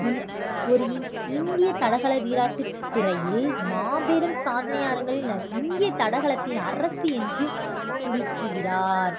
bill ஒரு இந் இந்திய தடகள வீராட்டுத் துறையில் மாபெரும் சாதனையாளர்கள் இந்திய தடகளத்தின் அரசி என்று குறிக்கிறார்